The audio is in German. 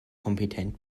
kompetent